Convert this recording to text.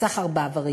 סחר באיברים,